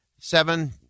Seven